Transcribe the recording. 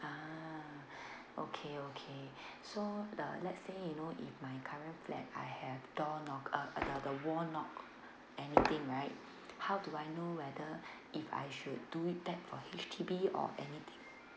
ah okay okay so the let's say you know if my current flat I have door knocked uh uh the the wall knocked anything right how do I know whether if I should do it back for H_D_B or anything